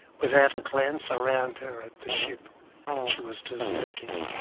without a glance around her at the ship she was deserting,